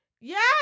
Yes